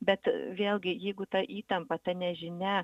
bet vėlgi jeigu ta įtampa ta nežinia